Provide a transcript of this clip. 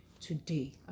today